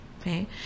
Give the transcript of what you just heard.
Okay